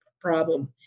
problem